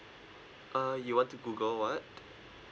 uh you want to Google what